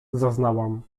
zaznałam